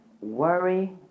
worry